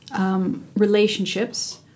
relationships